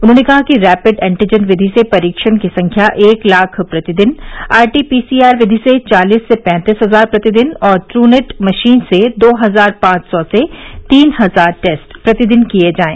उन्होंने कहा कि रैपिड एन्टीजन विधि से परीक्षण की संख्या एक लाख प्रतिदिन आरटीपीसीआर विधि से चालीस से पैंतालीस हजार प्रतिदिन और टूनैट मशीन से दो हजार पांच सौ से तीन हजार टेस्ट प्रतिदिन किए जाएं